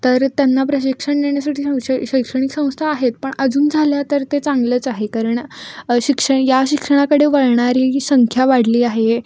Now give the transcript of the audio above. तर त्यांना प्रशिक्षण देण्यासाठी संश शैक्षणिक संस्था आहेत पण अजून झाल्या तर ते चांगलंच आहे कारण शिक्षण या शिक्षणाकडे वळणारीही संख्या वाढली आहे